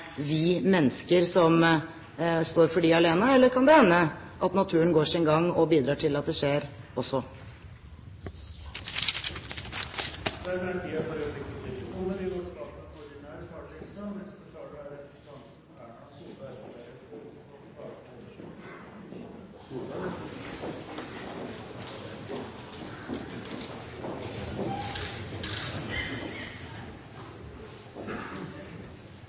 vi mennesker som står for dem alene, eller kan det også hende at naturen går sin gang og bidrar til at det skjer? Replikkordskiftet er omme. Norge er for de aller fleste et godt land å bo i.